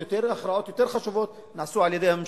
הכרעות יותר חשובות נעשו על-ידי הממשלה,